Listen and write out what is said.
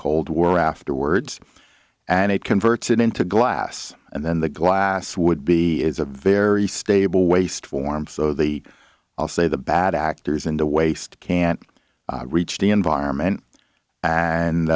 cold war afterwards and it converts it into glass and then the glass would be is a very stable waste form so they all say the bad actors in the waste can't reach the environment